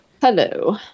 Hello